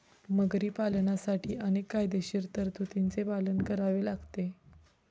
मगरी पालनासाठी अनेक कायदेशीर तरतुदींचे पालन करावे लागते